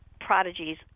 prodigies